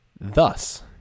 Thus